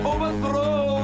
Overthrow